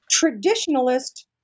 traditionalist